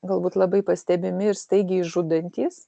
galbūt labai pastebimi ir staigiai žudantys